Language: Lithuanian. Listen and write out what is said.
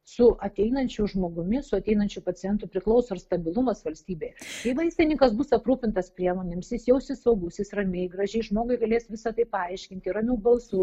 su ateinančiu žmogumi su ateinančiu pacientu priklauso ir stabilumas valstybėje jei vaistininkas bus aprūpintas priemonėms jis jausis saugus jis ramiai gražiai žmogui galės visa tai paaiškinti ramiu balsu